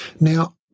Now